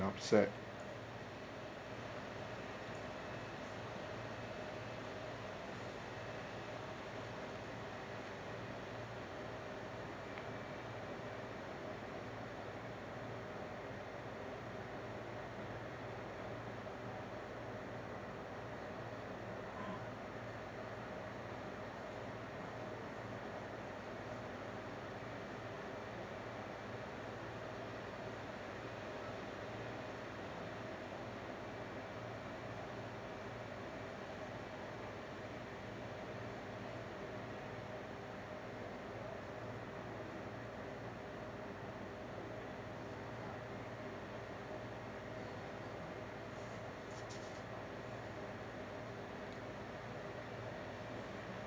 upset